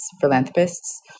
philanthropists